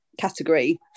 category